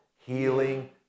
healing